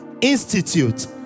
Institute